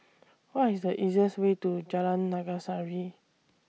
What IS The easiest Way to Jalan Naga Sari